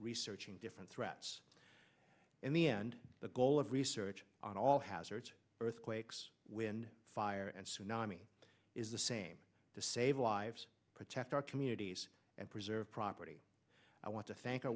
researching different threats in the end the goal of research on all hazards earthquakes when fire and tsunami is the same to save lives protect our communities and preserve property i want to thank our